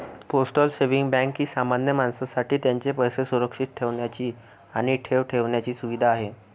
postal saving bank ही सामान्य माणसासाठी त्यांचे पैसे सुरक्षित ठेवण्याची आणि ठेव ठेवण्याची सुविधा आहे